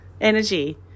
energy